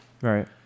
Right